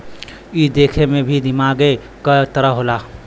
ई देखे मे भी दिमागे के तरह होला